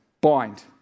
bind